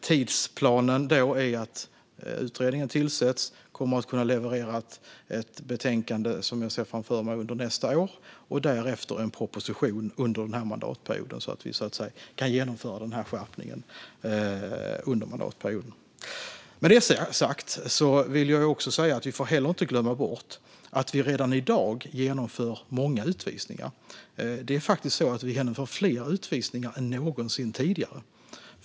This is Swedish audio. Tidsplanen är att utredningen ska tillsättas, och jag ser framför mig att den kommer att kunna leverera ett betänkande under nästa år. Därefter kommer en proposition under mandatperioden så att vi kan genomföra skärpningen under denna period. Med detta sagt vill jag säga att vi inte får glömma bort att vi redan i dag genomför många utvisningar, faktiskt fler än någonsin tidigare.